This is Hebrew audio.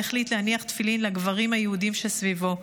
והחליט להניח תפילין לגברים היהודים שסביבו.